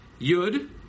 Yud